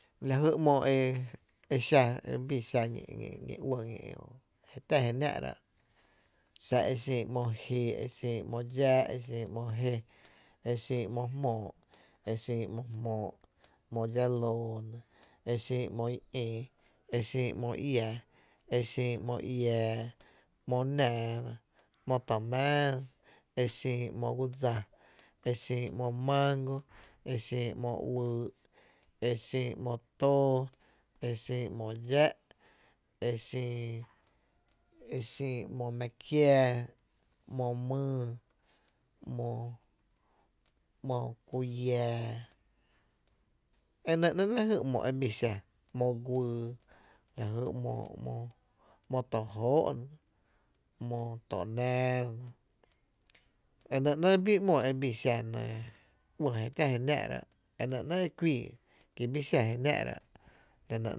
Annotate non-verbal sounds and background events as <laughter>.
La jy ‘mo e xa e bii xa ñí <hesitation> ñi’ uɇ, ñi’ kää jé tá’ je náá’ra’ xa e xin ‘mo ji, e xin ‘mi dxáá’, xa e xin ‘mo jé, e xin ‘mo jmoo’, e xin ‘mo dxa loo nɇ, e xin ‘mo ñi ï e xin ‘mo iⱥⱥ e xin ‘mo iⱥⱥ, ‘mo nⱥ, ‘mo to mⱥⱥ, exin ‘mo guo dsa e xin ¿mo mango, e xin ‘mo uyy’ e xin ‘mo too, e xin ‘mo dxá’, e xin <hesitation> e xin ‘mo mⱥⱥ kiáá, ‘mo myy, ‘mo <hesitation> ‘mo kullⱥⱥ, e nɇ ‘néé’ la jy ‘mo e bii xa, ‘mo guyy, la jy ‘mo tojóó’ nɇ, ‘mo to nⱥⱥ nɇ e nɇ ‘néé’ ‘mo e bii xa uɇ je tⱥ je nⱥⱥ’ra’ enɇ ‘nɇɇ e kuii exa je náá’rá’, la nɇ.